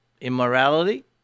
immorality